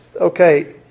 okay